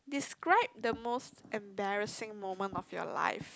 describe the most embarrassing moment of your life